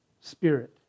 spirit